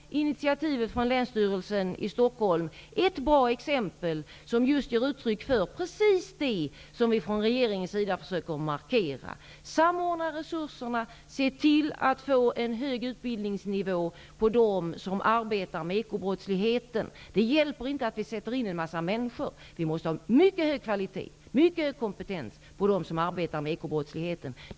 Initiativet från Länsstyrelsen i Stockholms län är i det sammanhanget ett bra exempel, som ger uttryck för precis det som vi från regeringens sida försöker markera, nämligen att vi skall samordna resurserna och se till att de som arbetar med ekobrottslighet har en hög utbildningsnivå. Det hjälper inte att vi sätter in en massa människor, utan det är också nödvändigt att de som arbetar med ekobrottsligheten är av en mycket hög kvalitet och har en mycket hög kompetens.